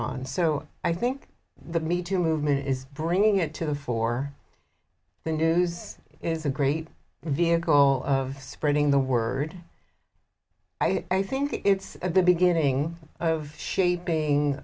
on so i think the me too movement is bringing it to the fore the news is a great vehicle of spreading the word i think it's the beginning of shaping